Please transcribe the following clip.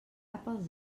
pels